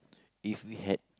if we had